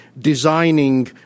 designing